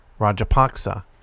Rajapaksa